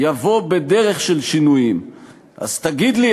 יבוא "בדרך של שינויים"./ אז תגיד לי,